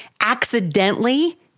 accidentally